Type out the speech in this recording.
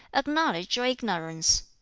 acknowledge your ignorance.